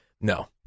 no